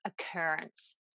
occurrence